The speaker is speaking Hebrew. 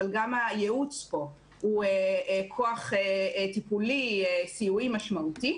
אבל גם הייעוץ פה הוא כוח טיפולי סיועי משמעותי.